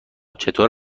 چطور